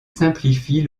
simplifie